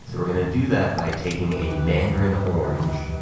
so we're gonna do that by taking a mandarin orange,